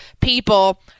people